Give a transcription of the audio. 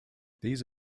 these